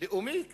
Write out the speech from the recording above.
לאומי כביכול,